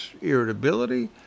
irritability